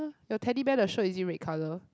your Teddy Bear the shirt is it red colour